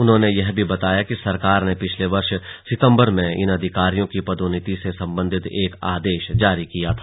उन्होंने यह भी बताया कि सरकार ने पिछले वर्ष सितंबर में इन अधिकारियों की पदोन्नति से संबंधित एक आदेश जारी किया था